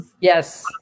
Yes